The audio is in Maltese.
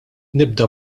nibda